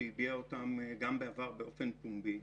שהיא הביעה אותן גם בעבר באופן פומבי,